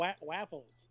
Waffles